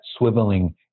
swiveling